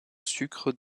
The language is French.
sucre